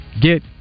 Get